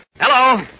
Hello